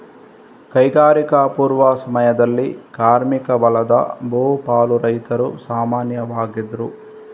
ಕೈಗಾರಿಕಾ ಪೂರ್ವ ಸಮಯದಲ್ಲಿ ಕಾರ್ಮಿಕ ಬಲದ ಬಹು ಪಾಲು ರೈತರು ಸಾಮಾನ್ಯವಾಗಿದ್ರು